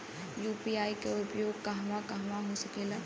UPI के उपयोग कहवा कहवा हो सकेला?